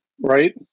right